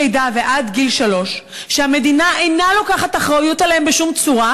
לידה ועד גיל שלוש שהמדינה אינה לוקחת אחריות עליהם בשום צורה,